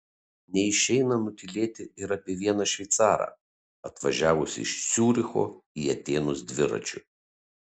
neišeina nutylėti ir apie vieną šveicarą atvažiavusį iš ciuricho į atėnus dviračiu